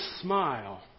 smile